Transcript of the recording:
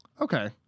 Okay